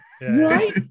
right